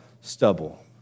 stubble